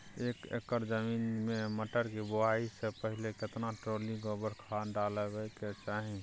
एक एकर जमीन में मटर के बुआई स पहिले केतना ट्रॉली गोबर खाद डालबै के चाही?